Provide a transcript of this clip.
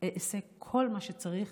אעשה כל מה שצריך